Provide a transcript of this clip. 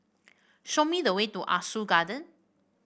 show me the way to Ah Soo Garden